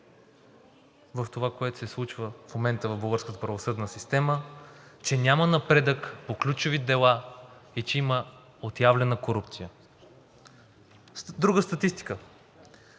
в това, което се случва в момента в българската правосъдна система, че няма напредък по ключови дела и че има отявлена корупция. Друга статистика